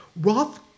Roth